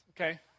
okay